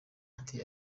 ati